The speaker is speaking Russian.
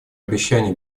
обещание